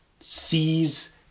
Sees